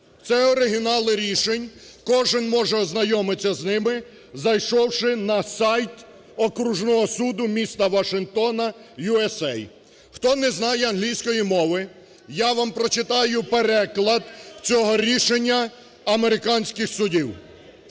Це оригінали рішень, кожен може ознайомитися з ними, зайшовши на сайт окружного суду міста Вашингтона, USA. Хто не знає англійської мови, я вам прочитаю переклад цього рішення американських судів.